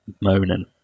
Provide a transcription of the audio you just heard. moaning